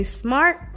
smart